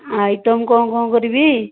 item କ'ଣ କ'ଣ କରିବି